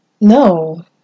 no